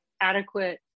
adequate